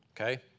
okay